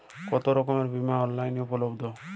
কতোরকমের বিমা অনলাইনে উপলব্ধ?